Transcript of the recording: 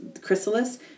chrysalis